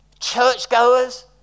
Churchgoers